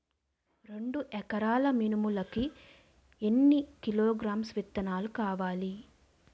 రెండు ఎకరాల మినుములు కి ఎన్ని కిలోగ్రామ్స్ విత్తనాలు కావలి?